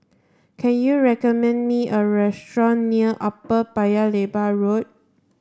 can you recommend me a restaurant near Upper Paya Lebar Road